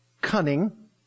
Cunning